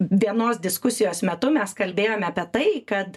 vienos diskusijos metu mes kalbėjom apie tai kad